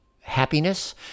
happiness